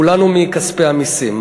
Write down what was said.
כולנו, מכספי המסים.